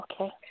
Okay